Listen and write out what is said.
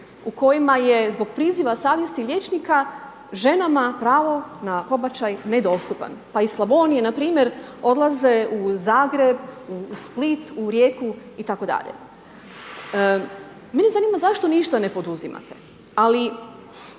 u kojima je zbog priziva savjesti liječnika ženama pravo na pobačaj nedostupan, pa iz Slavonije npr. odlaze u Zagreb, u Split, u Rijeku itd. Mene zanima zašto ništa ne poduzimate, ali